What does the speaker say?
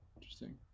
Interesting